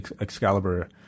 excalibur